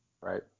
Right